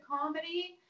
comedy